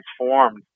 transformed